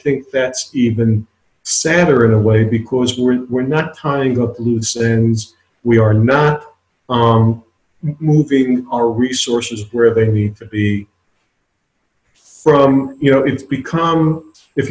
think that's even sadder in a way because we're we're not tying up loose ends we are not moving our resources where they need to be from you know it's become if